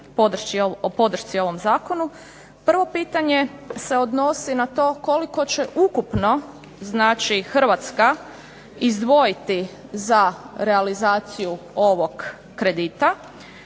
podršci ovom zakonu. Prvo pitanje se odnosi na to koliko će ukupno Hrvatska izdvojiti za realizaciju ovog kredita,